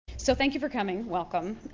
so thank you for coming. welcome.